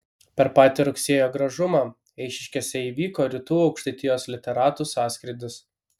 per patį rugsėjo gražumą eišiškėse įvyko rytų aukštaitijos literatų sąskrydis